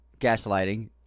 gaslighting